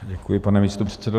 Děkuji, pane místopředsedo.